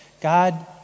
God